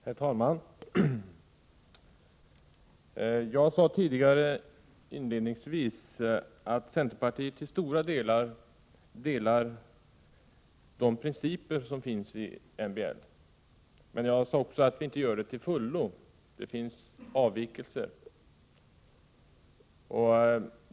Herr talman! Jag sade inledningsvis att centerpartiet i stora delar ansluter sig till de principer som finns i medbestämmandelagen, men jag sade att vi inte gör det till fullo. Det finns avvikelser.